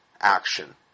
action